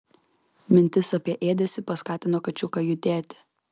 mintis apie ėdesį paskatino kačiuką judėti